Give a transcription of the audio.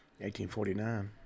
1849